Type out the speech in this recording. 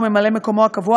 או ממלא-מקומו הקבוע,